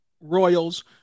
Royals